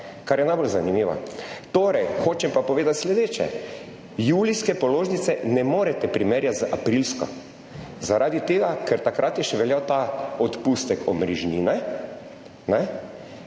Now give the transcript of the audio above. kar je najbolj zanimivo. Torej hočem pa povedati sledeče. Julijske položnice ne morete primerjati z aprilsko zaradi tega, ker je takrat še veljal ta odpustek omrežnine.